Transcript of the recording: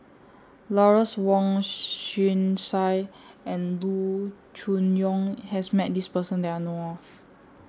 Lawrence Wong Shyun Tsai and Loo Choon Yong has Met This Person that I know of